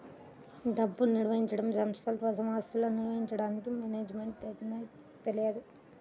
డబ్బుని నిర్వహించడం, సంస్థల కోసం ఆస్తులను నిర్వహించడానికి మేనేజ్మెంట్ టెక్నిక్స్ తెలియాలి